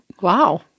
Wow